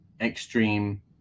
extreme